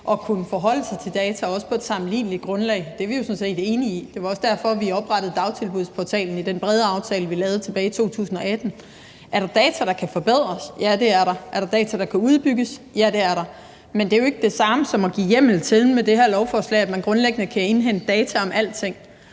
at kunne forholde sig til data, også på et sammenligneligt grundlag, er vi jo sådan set enige i, og det var også derfor, vi oprettede Dagtilbudsportalen.dk i den brede aftale, vi lavede tilbage i 2018. Er der data, der kan forbedres? Ja, det er der. Er der data, der kan udbygges? Ja, det er der. Men det er jo ikke det samme som at give hjemmel til, at man grundlæggende kan indhente data om alting,